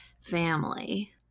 family